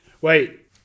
wait